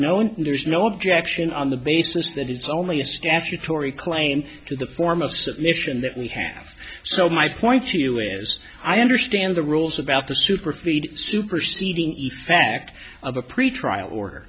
and there's no objection on the basis that it's only a statutory claim to the form of submission that we have so my point to you is i understand the rules about the supersede superseding effect of a pretrial or